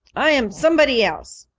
i'm somebody else.